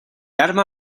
arma